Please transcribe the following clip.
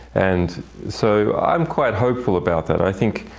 and so i'm quite hopeful about that. i think